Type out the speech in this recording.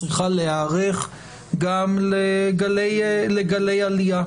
צריכה להיערך גם לגלי עלייה.